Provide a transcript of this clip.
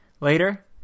later